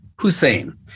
Hussein